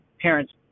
parents